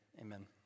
amen